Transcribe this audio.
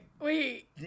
wait